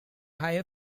higher